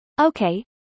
Okay